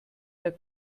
der